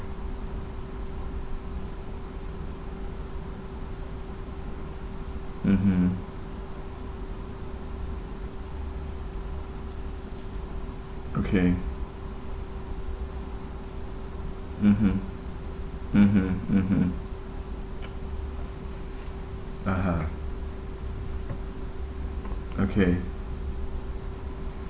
mmhmm okay mmhmm mmhmm mmhmm (uh huh) okay